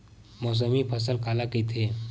मौसमी फसल काला कइथे?